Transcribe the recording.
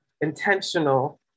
intentional